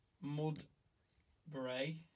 Mud-bray